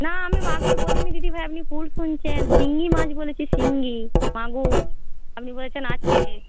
না আমি মাগুর বলিনি দিদিভাই আপনি ভুল শুনছেন শিঙ্গি মাছ বলেছি শিঙ্গি মাগুর আপনি বলেছেন আছে